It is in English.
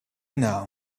now